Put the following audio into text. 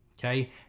okay